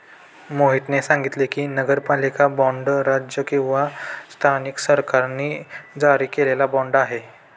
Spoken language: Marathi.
मोहितने सांगितले की, नगरपालिका बाँड राज्य किंवा स्थानिक सरकारांनी जारी केलेला बाँड आहे